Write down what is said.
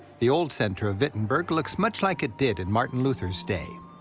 the old center of wittenberg looks much like it did in martin luther's day.